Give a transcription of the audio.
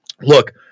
look